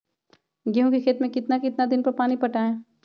गेंहू के खेत मे कितना कितना दिन पर पानी पटाये?